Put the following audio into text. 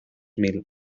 mil